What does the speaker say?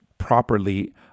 properly